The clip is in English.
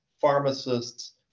pharmacists